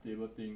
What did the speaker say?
stable thing